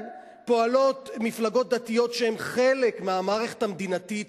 פועלות מפלגות דתיות שהן חלק מהמערכת המדינתית,